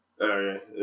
Okay